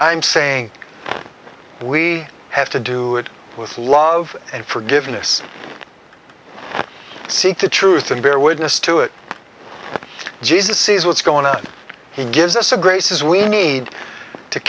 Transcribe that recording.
i'm saying we have to do it with love and forgiveness seek the truth and bear witness to it jesus sees what's going on he gives us a grace is we need to